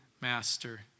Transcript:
master